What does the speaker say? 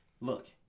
look